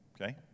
okay